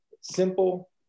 simple